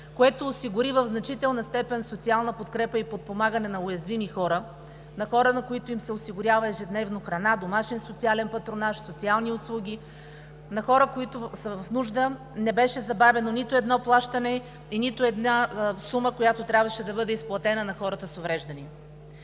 което осигури в значителна степен социална подкрепа и подпомагане на уязвими хора, на хора, на които им се осигурява ежедневно храна, домашен социален патронаж, социални услуги, на хора, които са в нужда. Не беше забавено нито едно плащане и нито една сума, която трябваше да бъде изплатена на хората с увреждания.